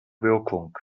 wirkung